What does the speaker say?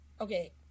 okay